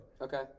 Okay